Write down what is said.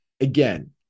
Again